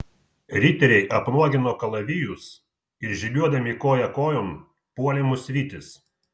riteriai apnuogino kalavijus ir žygiuodami koja kojon puolė mus vytis